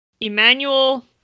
Emmanuel